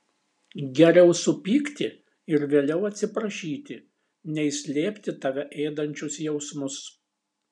geriau supykti ir vėliau atsiprašyti nei slėpti tave ėdančius jausmus